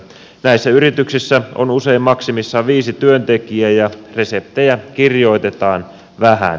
näissä yrityksissä on usein maksimissaan viisi työntekijää ja reseptejä kirjoitetaan vähän